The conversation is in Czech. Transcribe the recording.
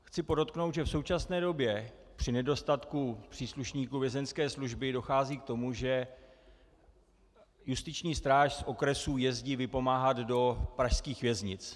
Chci podotknout, že v současné době při nedostatku příslušníků vězeňské služby dochází k tomu, že justiční stráž z okresů jezdí vypomáhat do pražských věznic.